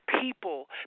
people